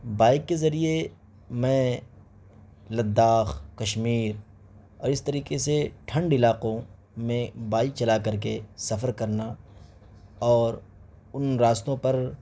bike کے ذریعے میں لدّاخ کشمیر اور اس طریقے سے ٹھنڈ علاقوں میں بائک چلا کر کے سفر کرنا اور ان راستوں پر